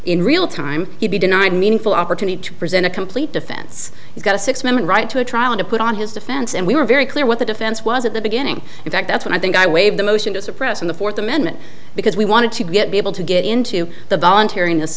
in real time to be denied meaningful opportunity to present a complete defense he's got a six member right to a trial to put on his defense and we were very clear what the defense was at the beginning in fact that's what i think i waive the motion to suppress on the fourth amendment because we wanted to get be able to get into the voluntar